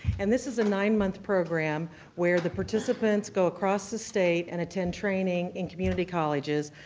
and this is a nine-month program where the participants go across the state and attend training in community colleges.